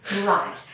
Right